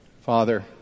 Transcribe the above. Father